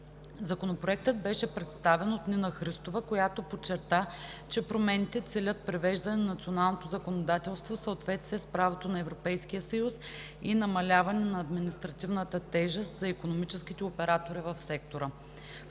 Законопроектът беше представен от Нина Христова, която подчерта, че промените целят привеждане на националното законодателство в съответствие с правото на Европейския съюз и намаляване на административната тежест за икономическите оператори в сектора.